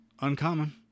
uncommon